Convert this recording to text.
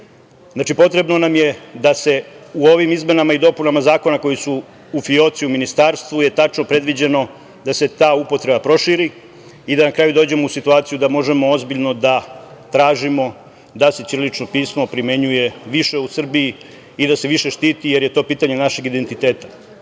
potrebno nam je da se u ovim izmenama i dopunama zakona koje su u fijoci u ministarstvu, je tačno predviđeno da se ta upotreba proširi i da na kraju dođemo u situaciju da možemo ozbiljno da tražimo da se ćirilično pismo primenjuje više u Srbiji i da se više štiti, jer je to pitanje našeg identiteta. Ako